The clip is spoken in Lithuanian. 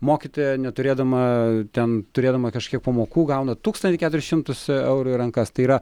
mokytoja neturėdama ten turėdama kažkiek pamokų gauna tūkstantį keturis šimtus eurų į rankas tai yra